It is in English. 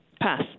Pass